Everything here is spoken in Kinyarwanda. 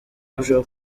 arushaho